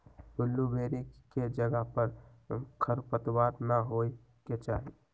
blueberry के जगह पर खरपतवार न होए के चाहि